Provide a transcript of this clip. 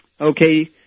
Okay